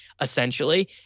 essentially